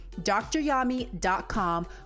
dryami.com